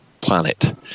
planet